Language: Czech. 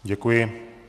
Děkuji.